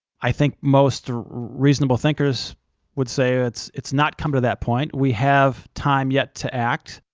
i think most reasonable thinkers would say it's it's not come to that point, we have time yet to act.